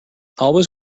always